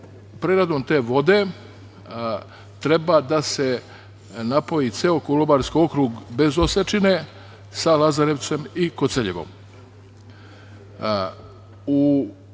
preradom te vode treba da se napoji ceo Kolubarski okrug, bez Osečine, sa Lazarevcem i Koceljevom.U